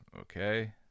okay